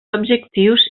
objectius